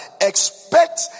expect